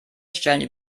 stellen